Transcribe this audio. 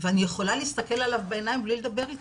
ואני יכולה להסתכל עליו בעיניים בלי לדבר איתו.